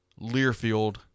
Learfield